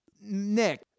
Nick